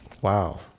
Wow